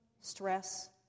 stress